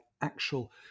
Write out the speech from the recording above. actual